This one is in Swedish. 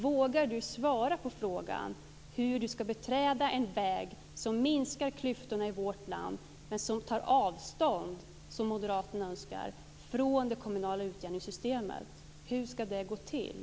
Vågar Eskil Erlandsson svara på frågan hur ni ska beträda en väg som minskar klyftorna i vårt land men som tar avstånd, som moderaterna önskar, från det kommunala utjämningssystemet? Hur ska det gå till?